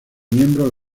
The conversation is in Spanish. miembros